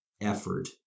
effort